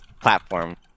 platform